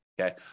okay